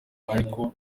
ariko